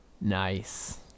Nice